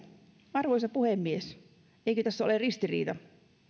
arvoisa puhemies eikö tässä ole ristiriita